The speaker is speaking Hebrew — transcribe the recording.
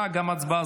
הראשונה,